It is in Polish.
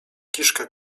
kiszkę